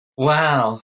Wow